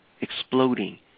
exploding